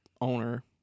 owner